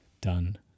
done